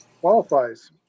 qualifies